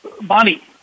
Bonnie